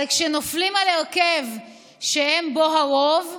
אבל כשנופלים על הרכב שהם בו הרוב,